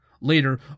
Later